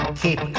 keep